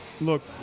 Look